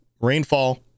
rainfall